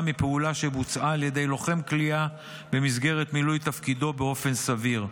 מפעולה שבוצעה על ידי לוחם כליאה במסגרת מילוי תפקידו באופן סביר.